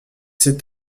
c’est